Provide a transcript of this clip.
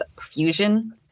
fusion